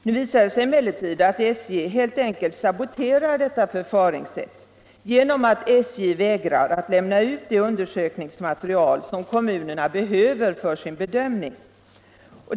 Nu visar det sig emellertid att SJ helt enkelt saboterar detta förfaringssätt genom att vägra att lämna ut det underlagsmaterial som kommunerna behöver för sin bedömning.